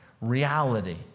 Reality